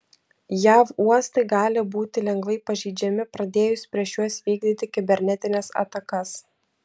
jav uostai gali būti lengvai pažeidžiami pradėjus prieš juos vykdyti kibernetines atakas